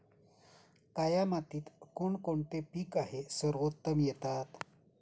काया मातीत कोणते कोणते पीक आहे सर्वोत्तम येतात?